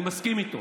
אני מסכים איתו.